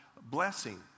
blessing